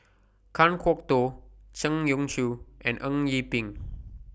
Kan Kwok Toh Zhang Youshuo and Eng Yee Peng